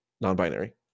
non-binary